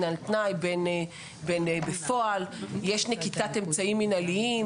אם על תנאי או בפועל; ויש נקיטת אמצעים מנהליים.